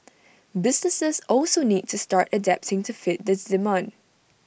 businesses also need to start adapting to fit this demand